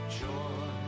joy